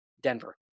Denver